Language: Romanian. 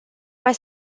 mai